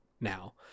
now